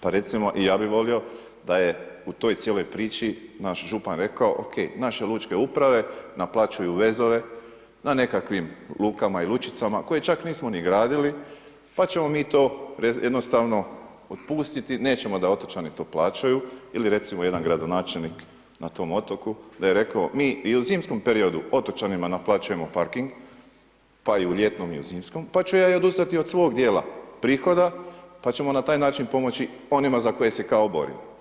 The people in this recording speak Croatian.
Pa recimo i ja bih volio da je u toj cijeloj priči naš župan rekao, ok naše lučke uprave naplaćuju vezove, na nekakvim lukama i lučicama koje čak nismo ni gradili, pa ćemo mi to jednostavno otpustiti, nećemo da otočani to plaćaju ili recimo jedan gradonačelnik na tom otoku da je rekao: mi i u zimskom periodu otočanima naplaćujemo parking pa i u ljetnom i u zimskom pa ću ja odustati i od svog dijela prihoda pa ćemo na taj način pomoći onima za koje se kao bori.